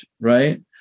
Right